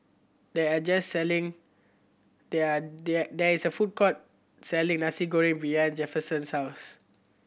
there're just selling there there there is a food court selling Nasi Goreng behind Jefferson's house